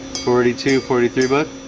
forty two forty three but